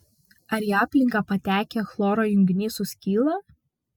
ar į aplinką patekę chloro junginiai suskyla